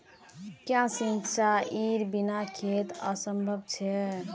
क्याँ सिंचाईर बिना खेत असंभव छै?